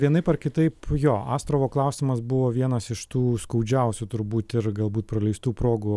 vienaip ar kitaip jo astravo klausimas buvo vienas iš tų skaudžiausių turbūt ir galbūt praleistų progų